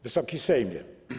Wysoki Sejmie!